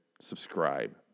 Subscribe